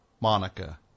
Monica